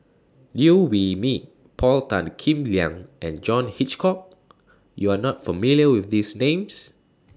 Liew Wee Mee Paul Tan Kim Liang and John Hitchcock YOU Are not familiar with These Names